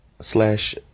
slash